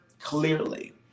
clearly